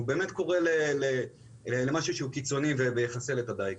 הוא באמת קורא למשהו קיצוני שיחסל את הדיג,